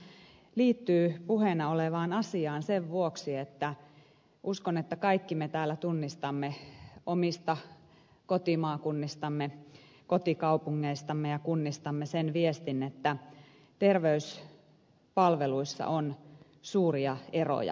tämä liittyy puheena olevaan asiaan sen vuoksi että uskon että kaikki me täällä tunnistamme omista kotimaakunnistamme kotikaupungeistamme ja kunnistamme sen viestin että terveyspalveluissa on suuria eroja maan sisällä